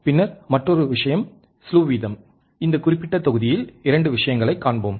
பின்னர் மற்றொரு விஷயம் ஸ்லு வீதம் இந்தக் குறிப்பிட்ட தொகுதியில் 2 விஷயங்களைக் காண்போம்